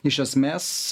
iš esmės